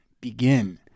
begin